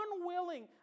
unwilling